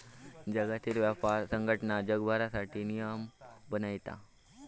जागतिक व्यापार संघटना जगभरासाठी नियम बनयता